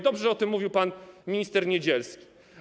Dobrze, że o tym mówił pan minister Niedzielski.